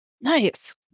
Nice